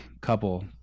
couple